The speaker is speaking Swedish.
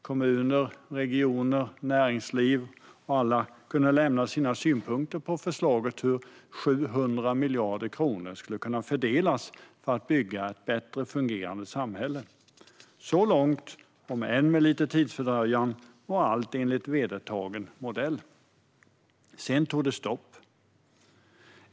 Kommuner, regioner, näringsliv och andra kunde lämna sina synpunkter på förslaget till hur 700 miljarder kronor skulle kunna fördelas för att bygga ett bättre fungerande samhälle. Så långt, om än med lite tidsfördröjning, var allt enligt vedertagen modell. Sedan tog det stopp.